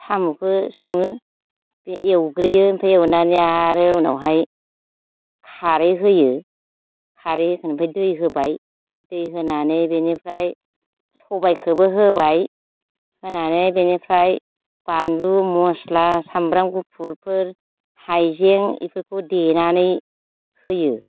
साम'खो सङो बे एवग्रोयो ओमफ्राय एवनानै आरो उनावहाय खारै होयो खारै ओमफ्राय दै होबाय दै होनानै बेनिफ्राय सबाइखौबो होबाय होनानै बेनिफ्राय बानलु मस्ला सामब्राम गुफुरफोर हायजें बेफोरखौ देनानै होयो